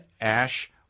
Ash